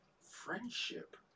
friendship